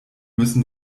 müssen